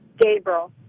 Gabriel